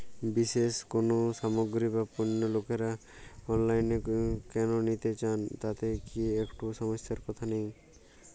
বিশেষ কোনো সামগ্রী বা পণ্য লোকেরা অনলাইনে কেন নিতে চান তাতে কি একটুও সমস্যার কথা নেই?